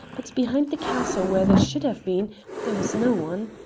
but behind the castle where they should have been there was no one,